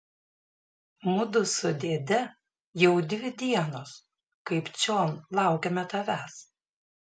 mudu su dėde jau dvi dienos kaip čion laukiame tavęs